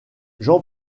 jean